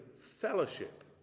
fellowship